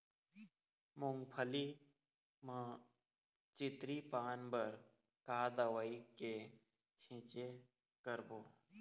मूंगफली म चितरी पान बर का दवई के छींचे करबो?